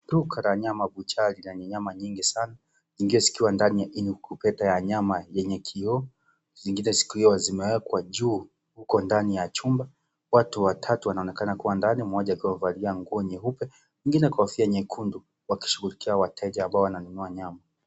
Duka ra nyama(CS) buchari(CS) na ni nyama mingi sana ingine zikiwa (CS)incubator(CS) ya nyama yenye kiooo ,zingine zikiwa zimeekwa juu huko ndani ya chumba, watu watatu wanaonekana kuwa ndani mmoja akiwa amevalia nguo nyuepe ingine kofia nyekunde wakishughulikia wateja ambao wananunua nyama.